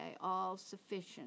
all-sufficient